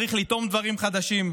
צריכים לטעום דברים חדשים.